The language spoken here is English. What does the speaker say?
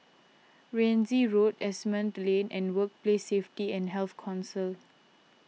Rienzi Road Asimont Lane and Workplace Safety and Health Council